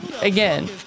again